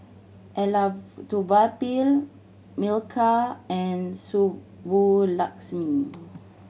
Elattuvalapil Milkha and Subbulakshmi